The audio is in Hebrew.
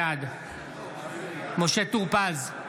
בעד משה טור פז,